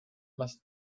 must